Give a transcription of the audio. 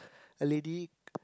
a lady